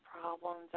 problems